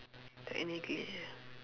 technically ya